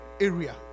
area